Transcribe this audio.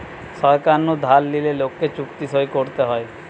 সরকার নু ধার লিলে লোককে চুক্তি সই করতে হয়